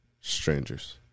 Strangers